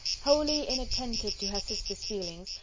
wholly inattentive to her sister's feelings,